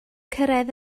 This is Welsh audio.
cyrraedd